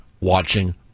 watching